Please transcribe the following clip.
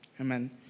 Amen